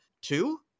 two